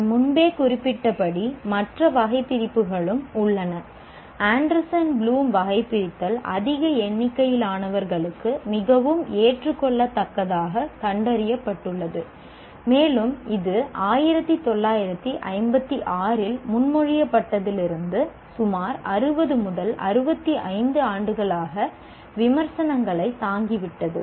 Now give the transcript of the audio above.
நான் முன்பே குறிப்பிட்டபடி மற்ற வகைபிரிப்புகளும் உள்ளன ஆண்டர்சன் ப்ளூம் வகைபிரித்தல் அதிக எண்ணிக்கையிலானவர்களுக்கு மிகவும் ஏற்றுக்கொள்ளத்தக்கதாகக் கண்டறியப்பட்டுள்ளது மேலும் இது 1956 இல் முன்மொழியப்பட்டதிலிருந்து சுமார் 60 65 ஆண்டுகளாக விமர்சனங்களைத் தாங்கிவிட்டது